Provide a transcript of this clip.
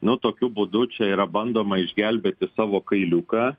nu tokiu būdu čia yra bandoma išgelbėti savo kailiuką